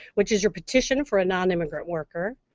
which is your petition for a non-immigrant worker,